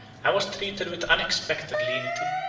and was treated with unexpected lenity.